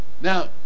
Now